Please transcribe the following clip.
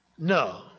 No